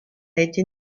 été